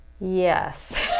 Yes